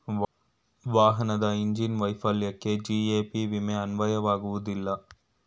ವಾಹನದ ಇಂಜಿನ್ ವೈಫಲ್ಯಕ್ಕೆ ಜಿ.ಎ.ಪಿ ವಿಮೆ ಅನ್ವಯವಾಗುವುದಿಲ್ಲ